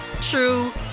true